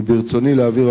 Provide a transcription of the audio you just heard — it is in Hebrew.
ברצוני להבהיר,